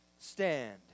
stand